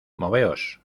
moveos